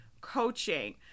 coaching